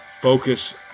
focus